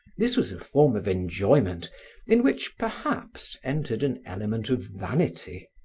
this was a form of enjoyment in which perhaps entered an element of vanity,